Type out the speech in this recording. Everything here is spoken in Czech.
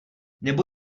nebo